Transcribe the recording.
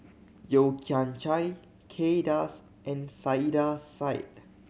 Yeo Kian Chai Kay Das and Saiedah Said